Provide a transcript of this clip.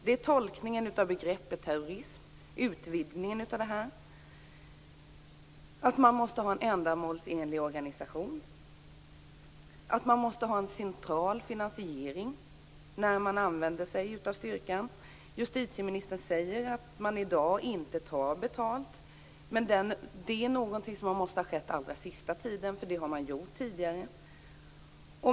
Det är tolkningen av begreppet terrorism, utvidgningen av detta, att man måste ha en ändamålsenlig organisation och att man måste ha en central finansiering när man använder sig av styrkan. Justitieministern säger att man inte tar betalt i dag. Det är någonting som måste ha skett den allra senaste tiden, eftersom man har gjort det tidigare.